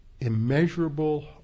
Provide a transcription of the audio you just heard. immeasurable